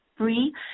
free